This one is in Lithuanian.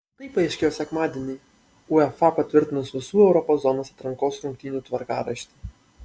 tai paaiškėjo sekmadienį uefa patvirtinus visų europos zonos atrankos rungtynių tvarkaraštį